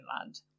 land